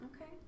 Okay